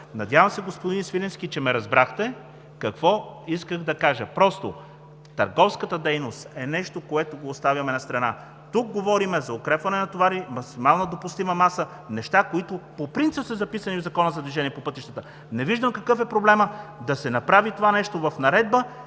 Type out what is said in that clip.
Надявам се, господин Свиленски, че разбрахте какво исках да кажа – просто търговската дейност е нещо, което оставяме настрана. Тук говорим за укрепване на товари, максимално допустима маса – неща, които по принцип са записани в Закона за движение по пътищата. Не виждам какъв е проблемът да се направи това нещо в наредба